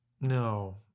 No